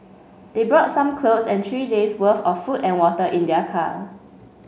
they brought some clothes and three days' worth of food and water in their car